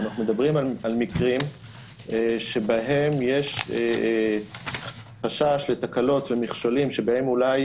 אנו מדברים על מקרים שבהם יש חשש לתקלות של מכשולים שבהם יש